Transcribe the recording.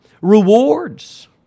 rewards